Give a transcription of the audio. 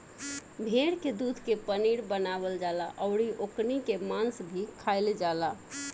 भेड़ के दूध के पनीर बनावल जाला अउरी ओकनी के मांस भी खाईल जाला